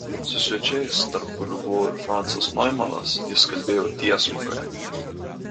su svečiais tarp kurių buvo ir francas noimanas jis kalbėjo tiesmukai